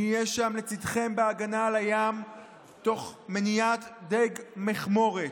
אני אהיה שם לצידכם בהגנה על הים תוך מניעת דיג מכמורת.